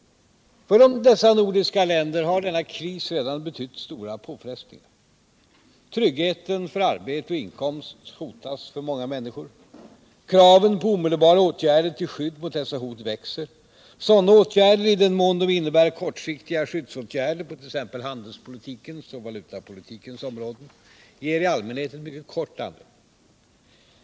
För de nordiska länderna har den ekonomiska krisen redan betytt stora påfrestningar. Tryggheten för arbete och inkomst hotas för många människor. Kraven på omedelbara åtgärder till skydd mot dessa hot växer. Sådana åtgärder — i den mån de innebär kortsiktiga skyddsåtgärder på t.ex. handelspolitikens och valutapolitikens områden — ger i allmänhet ett mycket kort andrum.